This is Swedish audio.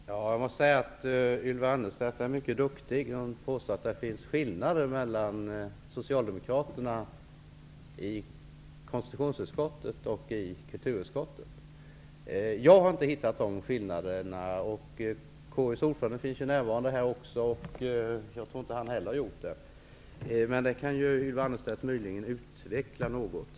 Herr talman! Jag måste säga att Ylva Annerstedt är mycket duktig. Hon påstår sig ju kunna se skillnader mellan Socialdemokraterna i konstitutionsutskottet och Socialdemokraterna i kulturutskottet. Jag har inte hittat några sådana skillnader och det tror jag inte att konstitutionsutskottets ordförande, som finns här i salen, heller har gjort. Möjligen kan Ylva Annerstedt utveckla sitt resonemang något.